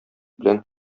белән